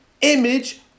image